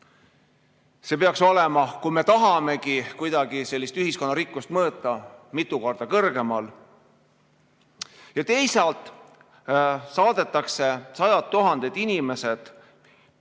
See peaks olema, kui me tahame kuidagi ühiskonna rikkust mõõta, mitu korda kõrgemal. Ja teisalt saadetakse sajad tuhanded inimesed,